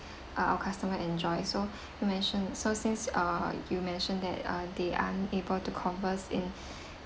uh our customer enjoy so you mention so since uh you mentioned that uh they aren't able to converse in